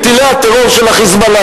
את טילי הטרור של ה"חיזבאללה".